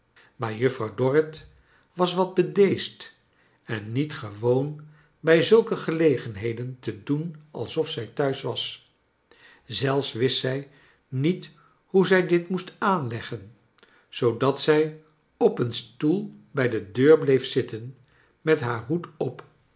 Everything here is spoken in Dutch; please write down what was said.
maar juffrouw dorrit was wat bedeesd en niet gewoon bij zulke gelegenheden te doen alsof zij thuis was zelfs wist zij niet hoe zij dit moest aanleggen zoodat zij op een stoel bij de deur bleef zitten met haar hoed op